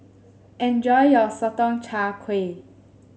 enjoy your Sotong Char Kway